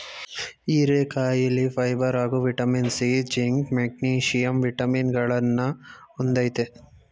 ಹೀರೆಕಾಯಿಲಿ ಫೈಬರ್ ಹಾಗೂ vitamin C, zinc, magnesium ವಿಟಮಿನಗಳನ್ನ ಹೊಂದಯ್ತೆ